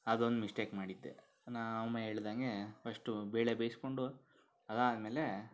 ಅದೊಂದು ಮಿಷ್ಟೆಕ್ ಮಾಡಿದ್ದೆ ನಮ್ಮಮ್ಮ ಹೇಳ್ದಾಗೆ ಫರ್ಸ್ಟು ಬೇಳೆ ಬೇಯಿಸಿಕೊಂಡು ಅದು ಆದಮೇಲೆ